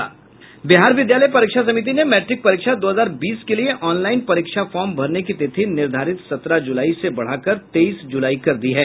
बिहार विद्यालय परीक्षा समिति ने मैट्रिक परीक्षा दो हजार बीस के लिए ऑनलाईन परीक्षा फार्म भरने की तिथि निर्धारित सत्रह जुलाई से बढ़ा कर तेईस जुलाई कर दी है